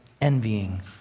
envying